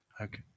Okay